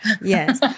Yes